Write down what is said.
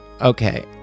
Okay